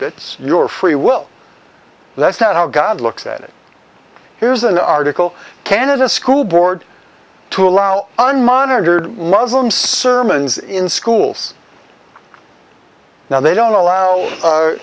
it's your free will that's not how god looks at it here's an article canada school board to allow unmonitored muslims sermons in schools now they don't allow